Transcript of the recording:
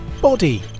Body